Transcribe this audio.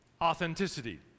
authenticity